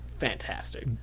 Fantastic